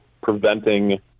preventing –